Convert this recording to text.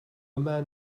man